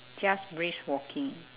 just brisk walking